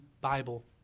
Bible